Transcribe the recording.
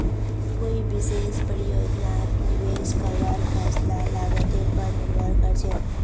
कोई विशेष परियोजनात निवेश करवार फैसला लागतेर पर निर्भर करछेक